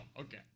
okay